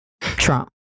Trump